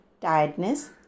tiredness